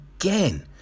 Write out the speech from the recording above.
again